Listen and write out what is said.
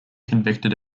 convicted